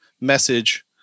message